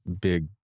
big